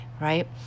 right